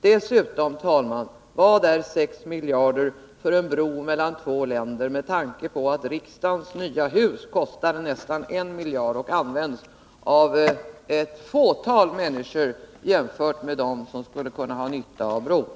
Dessutom, herr talman: Vad är 6 miljarder i kostnader för en bro mellan två länder, med tanke på att riksdagens nya hus kostar nästan 1 miljard och används av ett fåtal människor jämfört med dem som skulle ha nytta av bron?